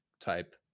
type